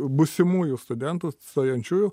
būsimųjų studentų stojančiųjų